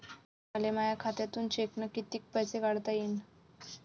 मले माया खात्यातून चेकनं कितीक पैसे काढता येईन?